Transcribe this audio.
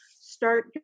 start